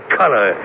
color